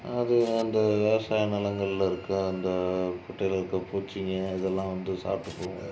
அது அந்த விவசாய நிலங்களில் இருக்க அந்த குட்டையில் இருக்க பூச்சிங்க இதெல்லாம் வந்து சாப்பிட்டு போகும்